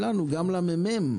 אלא גם לממ"מ,